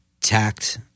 tacked